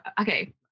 Okay